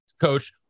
coach